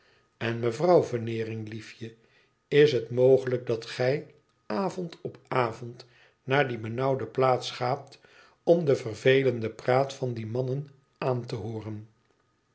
én mevrouw veneering liefje is het mogelijk dat gij avond op avond naar die benauwde plaats gaat om de vervelende praat van die mannen aan te hooren